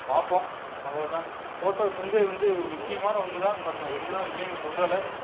பார்ப்போம் அவ்வளோதான் ஃபோட்டோஸ் வந்து வந்து ஒரு முக்கியமான ஒன்று தான் பட் நான் இருந்தாலும் இல்லேன்னு சொல்லலை